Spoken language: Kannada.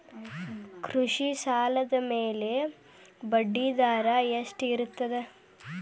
ಕೃಷಿ ಸಾಲದ ಮ್ಯಾಲೆ ಬಡ್ಡಿದರಾ ಎಷ್ಟ ಇರ್ತದ?